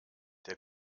der